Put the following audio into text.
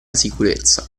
sicurezza